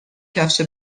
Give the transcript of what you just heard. کفش